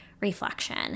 reflection